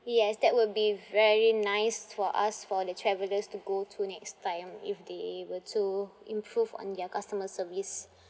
yes that would be very nice for us for the travellers to go to next time if they were to improve on their customer service